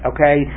Okay